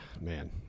man